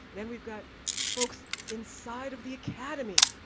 then, we've got folks inside of the academy,